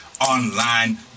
online